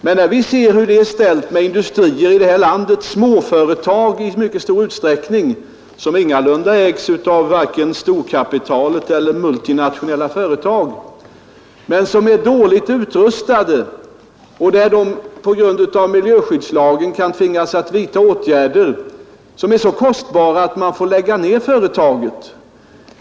Men vi ser ju hur det är ställt med många industrier, i mycket stor utsträckning småföretag, som ingalunda ägs av storkapitalet eller multinationella koncerner. De är dåligt utrustade och de kan på grundval av miljöskyddslagen tvingas att vidta åtgärder som är så kostsamma att de i stället får lägga ner sin verksamhet.